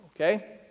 Okay